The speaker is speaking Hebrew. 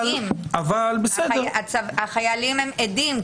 במיוחד שהחיילים הם עדים,